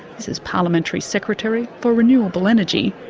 this is parliamentary secretary for renewable energy,